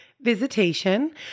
visitation